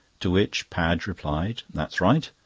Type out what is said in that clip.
to which padge replied that's right,